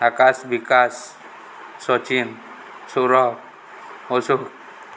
Akash Vikash Sachin Saurabh Ashok